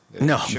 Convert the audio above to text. No